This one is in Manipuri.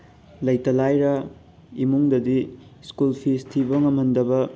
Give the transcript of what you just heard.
ꯂꯩꯇ ꯂꯥꯏꯔ ꯏꯃꯨꯡꯗꯗꯤ ꯁ꯭ꯀꯨꯜ ꯐꯤꯁ ꯊꯤꯕ ꯉꯝꯍꯟꯗꯕ